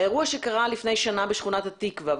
האירוע שקרה לפני שנה בשכונת התקווה,